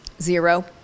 Zero